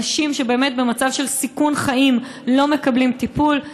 אנשים שהם באמת במצב של סיכון חיים לא מקבלים טיפול.